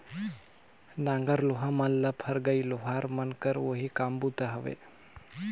नांगर लोहा मन ल फरगई लोहार मन कर ओही काम बूता हवे